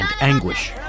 anguish